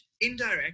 indirect